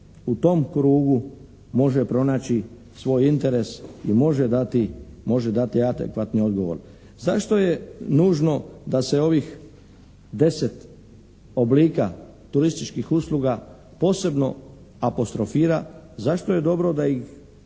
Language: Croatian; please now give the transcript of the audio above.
u tom krugu može pronaći svoj interes i može dati, može dati adekvatni odgovor. Zašto je nužno da se ovih deset oblika turističkih usluga posebno apostrofira? Zašto je dobro da ih